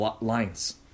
lines